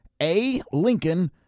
alincoln